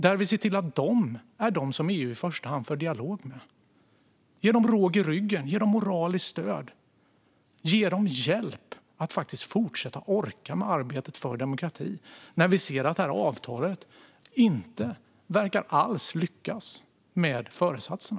Då kan vi se till att det är dem som EU i första hand för dialog med. Ge dem råg i ryggen, ge dem moraliskt stöd och ge dem hjälp att faktiskt fortsätta orka med arbetet för demokrati! Vi ser ju att avtalet inte alls verkar lyckas med föresatserna.